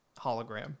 Hologram